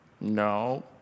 No